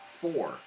four